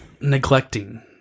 neglecting